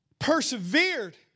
persevered